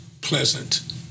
pleasant